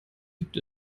gibt